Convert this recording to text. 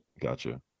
Gotcha